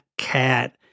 cat